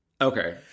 Okay